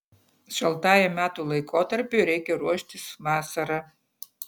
šaltajam metų laikotarpiui reikia ruoštis vasarą